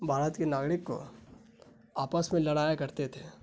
بھارت کے ناگرک کو آپس میں لڑایا کرتے تھے